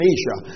Asia